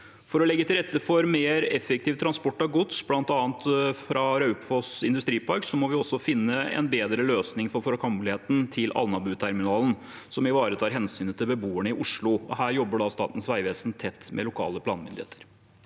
For å legge til rette for mer effektiv transport av gods bl.a. fra Raufoss Industripark må vi også finne en bedre løsning for framkommeligheten til Alnabruterminalen, som ivaretar hensynet til beboerne i Oslo. Her jobber Statens vegvesen tett med lokale planmyndigheter.